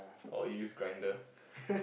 or use Grindr